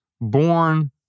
born